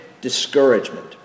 discouragement